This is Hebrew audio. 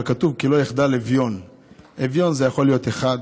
אבל כתוב "כי לא יחדל אביון"; אביון יכול להיות אחד,